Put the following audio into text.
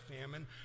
famine